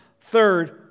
Third